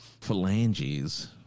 phalanges